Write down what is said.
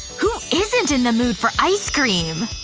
who isn't in the mood for ice cream?